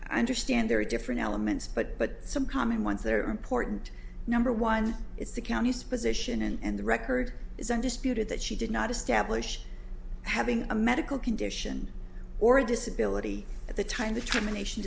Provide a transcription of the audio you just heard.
i understand there are different elements but some common ones that are important number one is the county's position and the record is undisputed that she did not establish having a medical condition or a disability at the time the termination